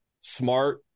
smart